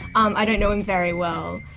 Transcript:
um i don't know him very well,